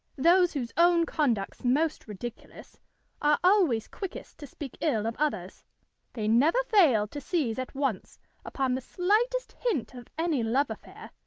those whose own conduct's most ridiculous, are always quickest to speak ill of others they never fail to seize at once upon the slightest hint of any love affair,